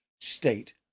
state